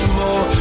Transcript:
more